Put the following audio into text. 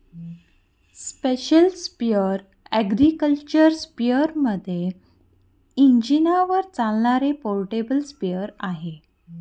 special sprayer agriculture स्पेअरमध्ये इंजिनावर चालणारे पोर्टेबल स्प्रेअर आहे